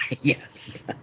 Yes